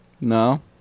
no